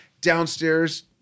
downstairs